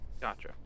gotcha